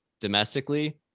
domestically